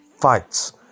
fights